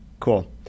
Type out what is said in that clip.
Cool